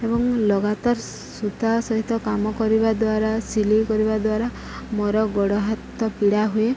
ଏବଂ ଲଗାତାର ସୂତା ସହିତ କାମ କରିବା ଦ୍ୱାରା ସିଲେଇ କରିବା ଦ୍ୱାରା ମୋର ଗୋଡ଼ ହାତ ପୀଡ଼ା ହୁଏ